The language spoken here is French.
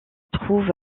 trouve